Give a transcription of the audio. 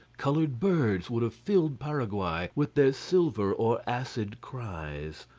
colored birds would have filled paraguay with their silver or acid cries.